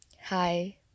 Hi